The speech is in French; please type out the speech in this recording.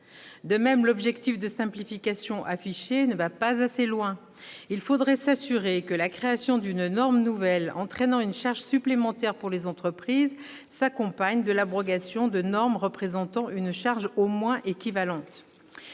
De même, l'objectif de simplification affiché ne va pas assez loin : il faudrait s'assurer que la création d'une norme nouvelle entraînant une charge supplémentaire pour les entreprises s'accompagne de l'abrogation de normes représentant une charge au moins équivalente.